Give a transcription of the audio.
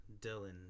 dylan